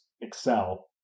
excel